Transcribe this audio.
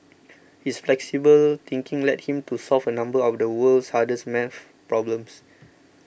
his flexible thinking led him to solve a number of the world's hardest math problems